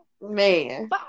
Man